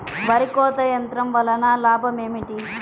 వరి కోత యంత్రం వలన లాభం ఏమిటి?